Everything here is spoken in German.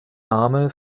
name